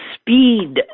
speed